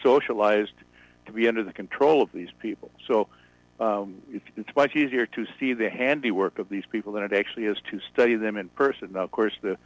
allies to be under the control of these people so it's much easier to see the handiwork of these people than it actually is to study them in person of course the